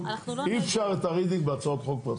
אי אפשר את הרידינג בהצעת חוק פרטית,